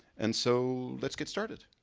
and so let's get started,